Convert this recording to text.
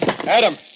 Adam